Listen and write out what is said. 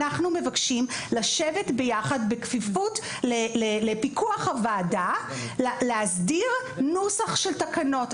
אנחנו מבקשים לשבת ביחד בכפיפות לפיקוח הוועדה להסדיר נוסח של תקנות,